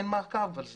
אין מעקב על זה.